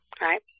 Right